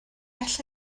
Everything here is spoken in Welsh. alla